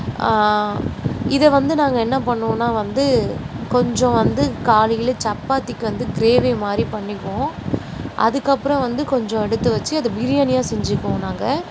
இதை வந்து நாங்கள் என்ன பண்ணுவோன்னால் வந்து கொஞ்சம் வந்து காலையில் சப்பாத்திக்கு வந்து கிரேவி மாதிரி பண்ணிக்குவோம் அதுக்கப்புறம் வந்து கொஞ்சம் எடுத்து வெச்சு அதை பிரியாணியாக செஞ்சுக்குவோம் நாங்கள்